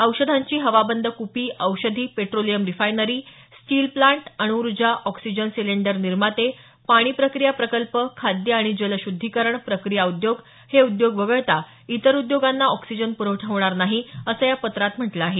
औषधांची हवाबंद कुपी औषधी पेट्रोलियम रिफायनरी स्टील प्लांट अणुऊर्जा ऑक्सिजन सिलिंडर निर्माते पाणी प्रक्रिया प्रकल्प खाद्य आणि जल शुद्धीकरण प्रक्रिया उद्योग हे उद्योग वगळता इतर उद्योगांना ऑक्सिजन प्रवठा होणार नाही असं या पत्रात म्हटलं आहे